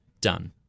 done